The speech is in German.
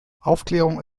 aufklärung